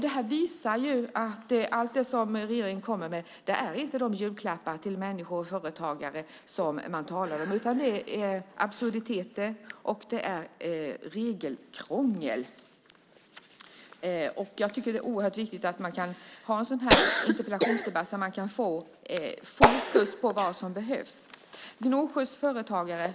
Det här visar att allt det som regeringen kommer med inte är de julklappar till människor och företagare som man talar om, utan det är absurditeter och regelkrångel. Det är oerhört viktigt att vi kan ha en sådan här interpellationsdebatt så att vi kan få fokus på vad som behövs.